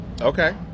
Okay